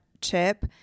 chip